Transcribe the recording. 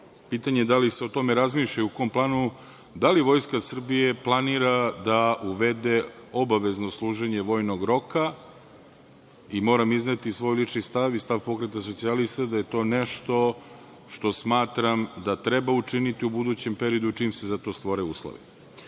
pitanje da li se o tome razmišlja i u kom planu – da li Vojska Srbije planira da uvede obavezno služenje vojnog roka i moram izneti svoj lični stav i stav Pokreta socijalista, da je to nešto što smatram da treba učiniti u budućem periodu, čim se za to stvore